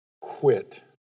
Quit